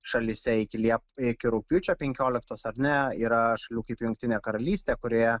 šalyse iki liep iki rugpjūčio penkioliktos ar ne yra šalių kaip jungtinė karalystė kurioje